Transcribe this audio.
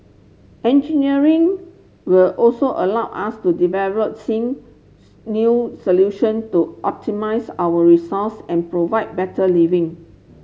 engineering will also allow us to develop seen new solution to optimize our resource and provide better living